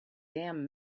damn